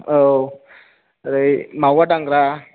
औ ओरै मावआ दांग्रा